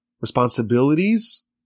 responsibilities